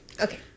okay